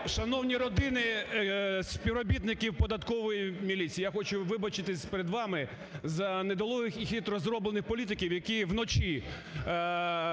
Шановні родини співробітників Податкової міліції, я хочу вибачитися перед вами за недолугих і хитро зроблених політиків, які вночі